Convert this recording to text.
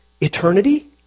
eternity